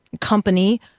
company